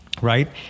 right